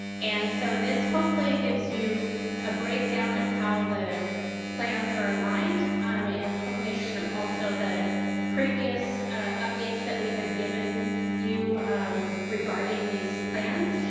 and so, this hopefully gives you a breakdown of how the plans are aligned um in culmination of also the previous updates that we have given you regarding these plans.